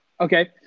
Okay